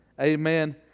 Amen